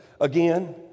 again